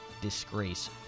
disgrace